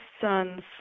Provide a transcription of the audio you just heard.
sons